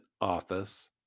office